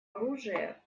оружия